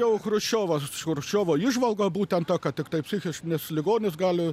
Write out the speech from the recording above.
jau chruščiovas chruščiovo įžvalga būtent ta kad tiktai psichinis ligonis gali